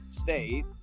State